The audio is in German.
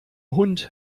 hund